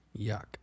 Yuck